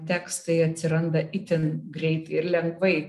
tekstai atsiranda itin greit ir lengvai